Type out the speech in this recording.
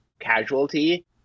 casualty